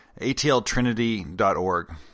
atltrinity.org